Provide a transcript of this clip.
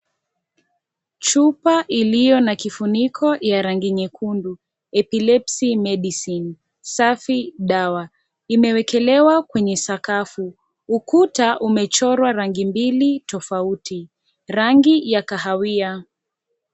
Chupa iliyo na kifuniko ya rangi nyekundu, Epilepsy Medicine, safi dawa, imewekelewa kwenye sakafu, ukuta umechorwa rangi mbili tofauti, rangi ya kahawia.